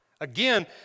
Again